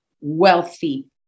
wealthy